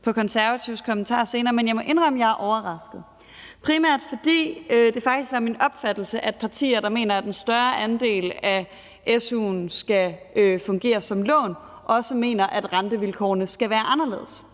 på Konservatives kommentar senere, men jeg må indrømme, at jeg er overrasket. Det er jeg, primært fordi det faktisk var min opfattelse, at partier, der mener, at en større andel af su'en skal fungere som lån, også mener, at rentevilkårene skal være anderledes.